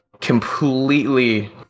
completely